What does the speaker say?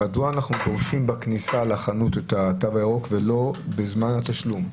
מדוע אנחנו דורשים את התו הירוק בכניסה לחנות ולא בזמן התשלום?